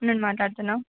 నుండి మాట్లాడుతున్నాం